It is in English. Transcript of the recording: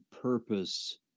purpose